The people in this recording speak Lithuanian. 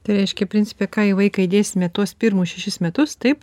tai reiškia principe ką į vaiką įdėsime tuos pirmus šešis metus taip